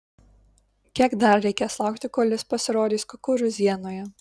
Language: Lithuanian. kiek dar reikės laukti kol jis pasirodys kukurūzienoje